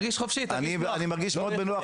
אני מרגיש מאוד בנוח,